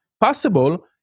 possible